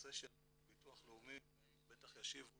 הנושא של ביטוח לאומי ובטח ישיבו